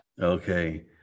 Okay